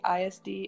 ISD